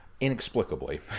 Inexplicably